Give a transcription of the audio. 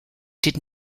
did